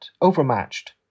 overmatched